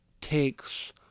takes